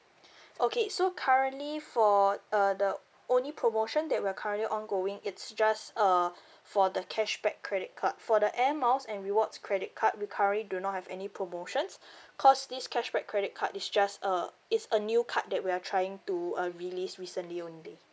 okay so currently for uh the only promotion that we're currently ongoing it's just uh for the cashback credit card for the airmiles and rewards credit card we currently do not have any promotions because this cashback credit card is just uh it's a new card that we're trying to uh release recently only